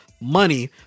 money